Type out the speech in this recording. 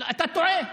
אתה טועה.